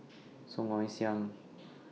Song Ong Siang